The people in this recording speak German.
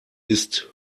ist